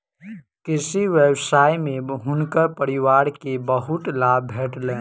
कृषि व्यवसाय में हुनकर परिवार के बहुत लाभ भेटलैन